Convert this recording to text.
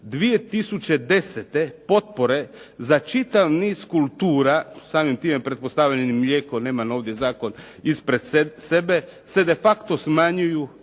2010. potpore za čitav niz kultura, samim time pretpostavljam i mlijeko, nemam ovdje zakon ispred sebe, se de facto smanjuju